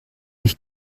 mich